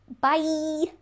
bye